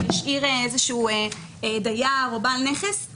שמשאיר איזשהו דייר או בעל נכס,